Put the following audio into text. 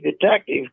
detective